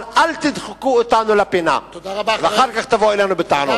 אבל אל תדחקו אותנו לפינה ואחר כך תבואו אלינו בטענות.